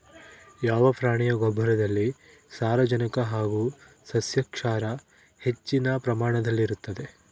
ಯಾವ ಪ್ರಾಣಿಯ ಗೊಬ್ಬರದಲ್ಲಿ ಸಾರಜನಕ ಹಾಗೂ ಸಸ್ಯಕ್ಷಾರ ಹೆಚ್ಚಿನ ಪ್ರಮಾಣದಲ್ಲಿರುತ್ತದೆ?